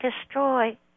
destroy